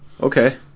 Okay